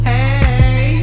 Hey